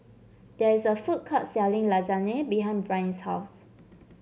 there is a food court selling Lasagne behind Brynn's house